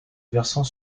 versant